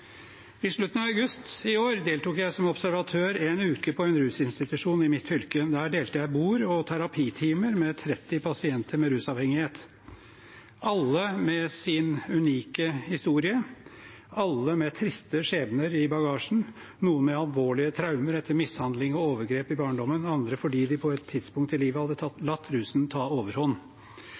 I slutten av august i år deltok jeg som observatør en uke på en rusinstitusjon i mitt fylke. Der delte jeg bord og terapitimer med 30 pasienter med rusavhengighet – alle med sin unike historie, alle med triste skjebner i bagasjen, noen med alvorlige traumer etter mishandling og overgrep i barndommen, andre fordi de på et tidspunkt i livet hadde latt rusen ta overhånd.